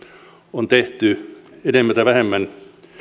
on tehty enemmän tai vähemmän